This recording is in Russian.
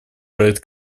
проект